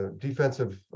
defensive